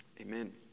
Amen